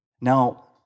Now